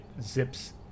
zips